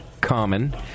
Common